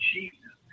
Jesus